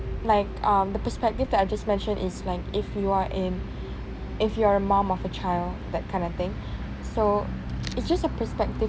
like um the perspective that I just mentioned is like if you're in if you're a mom of a child that kind of thing so it's just a perspective